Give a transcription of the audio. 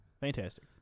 Fantastic